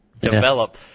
develop